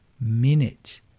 minute